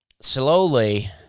slowly